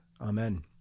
Amen